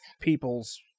people's